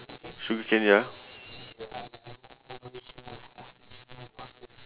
sugar cane ya